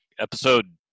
episode